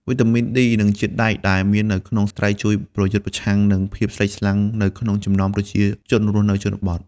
វីតាមីន D និងជាតិដែកដែលមាននៅក្នុងត្រីជួយប្រយុទ្ធប្រឆាំងនឹង ភាពស្លេកស្លាំង នៅក្នុងចំណោមប្រជាជនរស់នៅជនបទ។